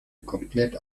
komplett